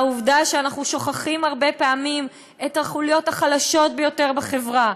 והעובדה שאנחנו שוכחים הרבה פעמים את החוליות החלשות ביותר בחברה,